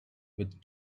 with